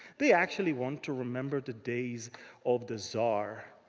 they, actually, want to remember the days of the czar.